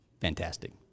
fantastic